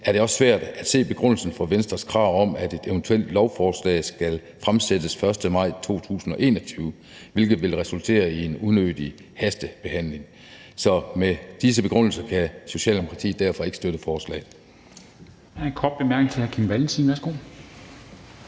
er det også svært at se begrundelsen for Venstres krav om, at et eventuelt lovforslag skal fremsættes den 1. maj 2021, hvilket ville resultere i en unødig hastebehandling. Så med disse begrundelser kan Socialdemokratiet derfor ikke støtte forslaget.